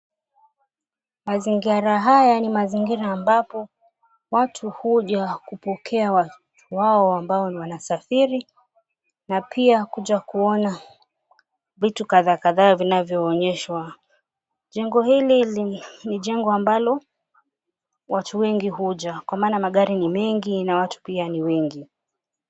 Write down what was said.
Mazingara haya ni mazingira ambapo watu huja kupokea watu wao ambao wanasafiri na pia kuja kuona vitu kadhaakadhaa vinavyoonyeshwa. Jengo hili ni jengo ambalo watu wengi huja kwa maana magari ni mengi na watu pia ni wengi.